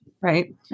right